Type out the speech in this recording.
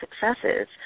successes